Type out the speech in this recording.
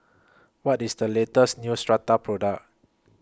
What IS The latest Neostrata Product